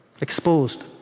exposed